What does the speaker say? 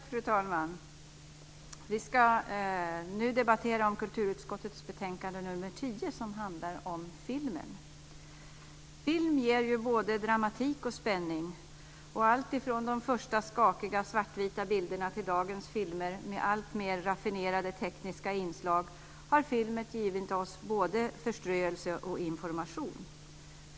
Fru talman! Vi ska nu debattera om kulturutskottets betänkande nr 10, som handlar om filmen. Film ger ju både dramatik och spänning. Alltifrån de första skakiga svartvita bilderna till dagens filmer med alltmer raffinerade tekniska inslag har den givit oss både förströelse och information.